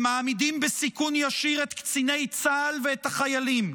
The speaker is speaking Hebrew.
הם מעמידים בסיכון ישיר את קציני צה"ל ואת החיילים,